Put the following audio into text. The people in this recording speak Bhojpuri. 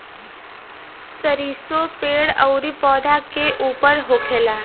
सरीसो पेड़ अउरी पौधा के ऊपर होखेला